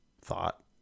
thought